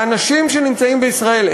האנשים שנמצאים בישראל,